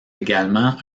également